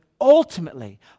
ultimately